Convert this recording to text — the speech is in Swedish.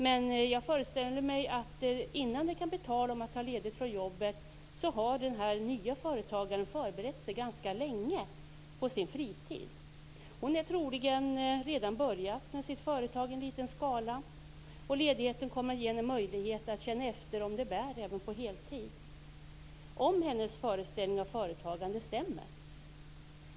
Men jag föreställer mig att innan det kan bli tal om att ta ledigt från jobbet har den nya företagaren förberett sig ganska länge på sin fritid. Hon har troligen redan börjat med sitt företag i liten skala. Ledigheten kommer att ge henne möjlighet att känna efter om det bär även på heltid och om hennes föreställning om företagande stämmer.